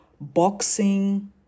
boxing